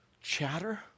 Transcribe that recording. chatter